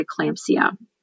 preeclampsia